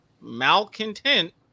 Malcontent